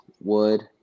Wood